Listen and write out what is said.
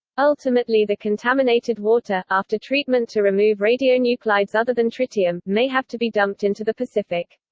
ultimately the contaminated water, after treatment to remove radionuclides other than tritium, may have to be dumped into the pacific.